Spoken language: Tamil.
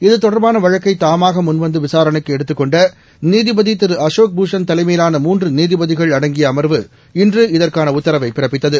இது தொடர்பாள வழக்கை தாமாக முன்வந்து விசாணைக்கு எடுத்துக்கொண்ட நீதிபதி திரு அசோக் பூஷன் தலைமையிலான மூன்று நீதிபதிகள் அடங்கிய அம்வு இன்று இதற்கான உத்தரவை பிறப்பித்தது